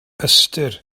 ystyr